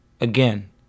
Again